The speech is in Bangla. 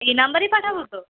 এই নম্বরেই পাঠাবো তো